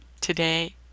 today